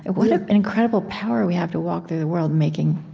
ah what ah an incredible power we have, to walk through the world, making